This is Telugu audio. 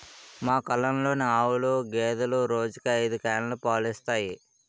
మా కల్లంలోని ఆవులు, గేదెలు రోజుకి ఐదు క్యానులు పాలు ఇస్తాయి